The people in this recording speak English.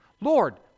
Lord